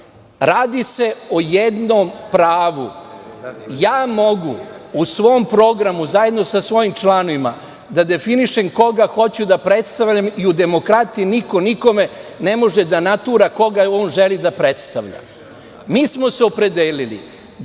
Radi se o jednom pravu. Mogu u svom programu, zajedno sa svojim članovima, da definišem koga hoću da predstavim i u demokratiji niko nikome ne može da natura koga on želi da predstavlja. Mi smo se opredelili,